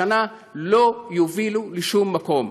בשנה לא תוביל לשום מקום.